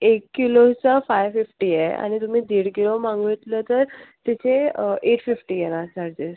एक किलोचा five fifty आहे आणि तुम्ही दीड किलो मागितलं तर तिथे एट फिफ्टी येणार चार्जेस